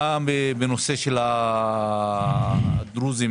מה בנושא הדרוזים?